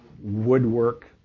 woodwork